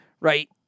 Right